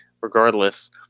Regardless